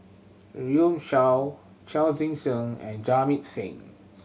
Runme Shaw Chao Tzee Cheng and Jamit Singh